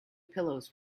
pillows